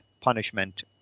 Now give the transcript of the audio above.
punishment